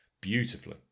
beautifully